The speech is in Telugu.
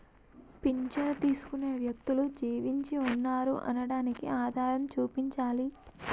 పింఛను తీసుకునే వ్యక్తులు జీవించి ఉన్నారు అనడానికి ఆధారం చూపించాలి